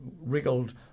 wriggled